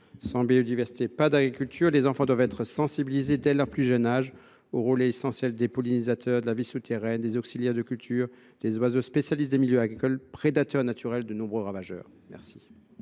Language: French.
Sans biodiversité, pas d’agriculture : les enfants doivent être sensibilisés dès leur plus jeune âge au rôle essentiel des pollinisateurs, de la vie souterraine, des auxiliaires des cultures, des oiseaux spécialistes des milieux agricoles, prédateurs naturels de nombreux ravageurs. Quel